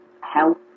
health